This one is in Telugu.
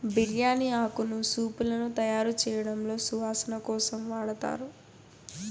బిర్యాని ఆకును సూపులను తయారుచేయడంలో సువాసన కోసం వాడతారు